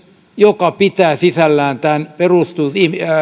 joka pitää sisällään tämän